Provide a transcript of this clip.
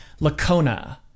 Lacona